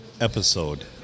episode